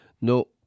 No